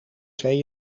twee